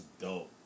dope